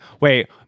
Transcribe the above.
Wait